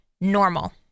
normal